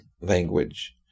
language